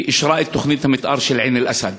והיא אישרה את תוכנית המתאר של עין-אל-אסד.